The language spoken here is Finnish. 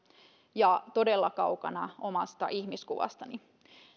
ja todella kaukana omasta ihmiskuvastani